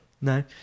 No